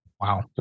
Wow